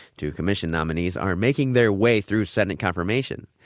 two commission nominees are making their way through senate confirmation.